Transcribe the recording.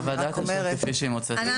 הוועדה תעשה כפי שהיא מוצאת לנכון,